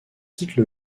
quitte